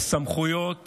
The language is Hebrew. סמכויות